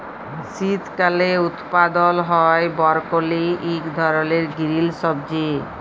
শীতকালে উৎপাদল হ্যয় বরকলি ইক ধরলের গিরিল সবজি